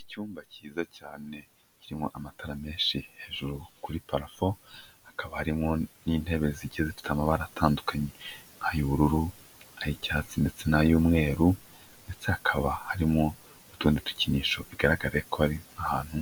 Icyumba cyiza cyane kirimo amatara menshi hejuru kuri parafo, hakaba harimo n'intebe zigiye zifite amabara atandukanye nk'ay'ubururu, ay'icyatsi ndetse n'ay'umweru ndetse hakaba harimo n'utundi dukinisho. Bigaragare ko ari nk'ahantu